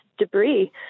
Debris